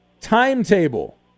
timetable